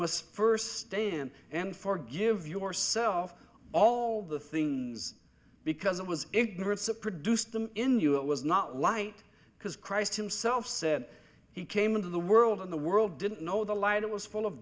must first stand and forgive yourself all the things because it was ignorance a produced them in you it was not light because christ himself said he came into the world in the world didn't know the light it was full of